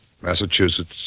Massachusetts